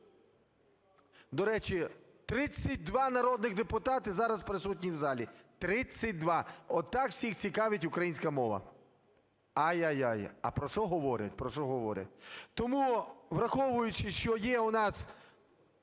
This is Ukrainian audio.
До речі, 32 народних депутати зараз присутні в залі. 32! Отак всіх цікавить українська мова. Ай-ай-ай! А про що говорять, про що говорять… Тому, враховуючи, що є у нас